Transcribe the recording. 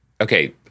Okay